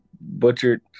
butchered